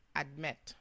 admit